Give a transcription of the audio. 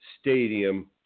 stadium